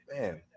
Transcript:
man